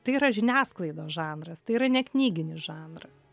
tai yra žiniasklaidos žanras tai yra ne knyginis žanras